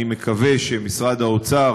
אני מקווה שמשרד האוצר,